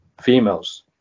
females